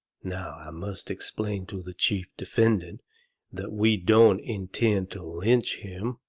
now i must explain to the chief defendant that we don't intend to lynch him.